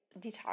detox